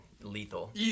lethal